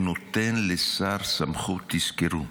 שנותן לשר סמכות, תזכרו,